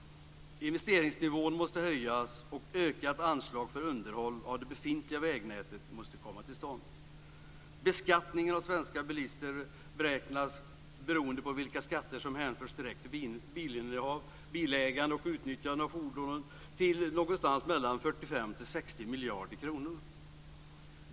Investeringsnivån måste höjas och ökat anslag för underhåll av det befintliga vägnätet måste komma till stånd. Beskattningen av svenska bilister beräknas, beroende på vilka skatter som hänförs direkt till bilinnehav, bilägande och utnyttjande av fordonen, till någonstans mellan 45 och 60 miljarder kronor.